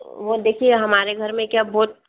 वो देखिए हमारे घर में क्या बहुत